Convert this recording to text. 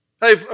Hey